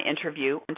interview